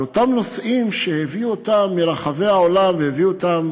על אותם נוסעים שהביאו אותם מרחבי העולם והביאו אותם